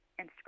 instagram